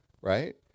Right